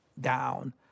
down